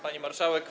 Pani Marszałek!